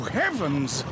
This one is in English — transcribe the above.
heavens